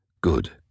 good